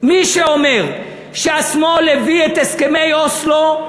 מי שאומר שהשמאל הביא את הסכמי אוסלו,